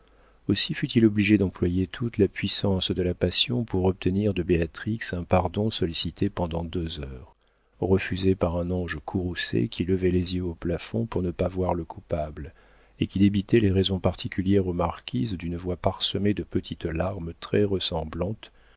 aussi fut-il obligé d'employer toute la puissance de la passion pour obtenir de béatrix un pardon sollicité pendant deux heures refusé par un ange courroucé qui levait les yeux au plafond pour ne pas voir le coupable et qui débitait les raisons particulières aux marquises d'une voix parsemée de petites larmes très ressemblantes